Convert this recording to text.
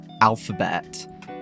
alphabet